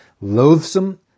loathsome